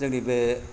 जोंनि बे